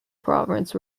province